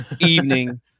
evening